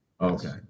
Okay